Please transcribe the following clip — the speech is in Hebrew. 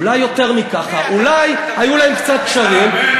אולי יותר מ"ככה", אולי היו להם קצת קשרים.